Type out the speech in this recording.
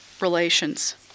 relations